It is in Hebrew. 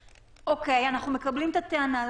אנחנו מקבלים את הטענה הזאת,